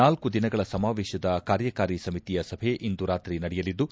ನಾಲ್ಲು ದಿನಗಳ ಸಮಾವೇಶದ ಕಾರ್ಯಕಾರಿ ಸಮಿತಿಯ ಸಭೆ ಇಂದು ರಾತ್ರಿ ನಡೆಯಲಿದ್ದು